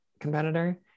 competitor